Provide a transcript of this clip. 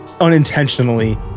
unintentionally